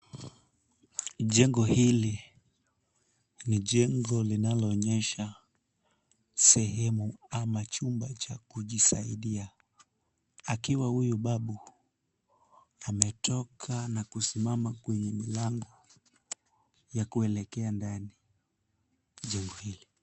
Jengo hili ni jengo linaloonyesha sehemu ama chumba cha kujisaidia, akiwa huyu babu ametoka na kusimama kwenye mlango ya kuelekea ndani ya jengo lile.